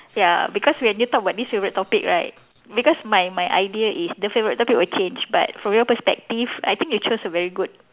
ya because when you talk about this favourite topic right because my my idea is the favourite topic will change but from your perspective I think you chose a very good